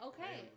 Okay